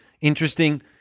interesting